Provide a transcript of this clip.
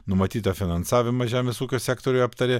numatytą finansavimą žemės ūkio sektoriuj aptarė